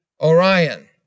Orion